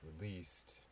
released